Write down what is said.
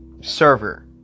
server